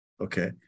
Okay